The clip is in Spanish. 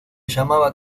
llamaba